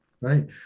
Right